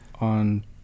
on